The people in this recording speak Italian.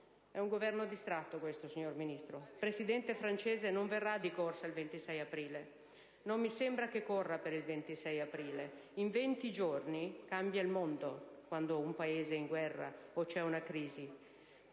è un Governo distratto, signor Ministro. Il Presidente francese non verrà di corsa il 26 aprile. Non mi sembra che corra per il 26 aprile. In 20 giorni cambia il mondo, quando un Paese è in guerra o c'è una crisi.